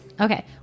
Okay